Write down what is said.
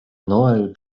noel